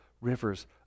rivers